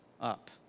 up